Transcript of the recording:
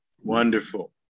Wonderful